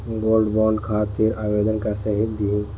Gold bond खातिर आवेदन कैसे दिही?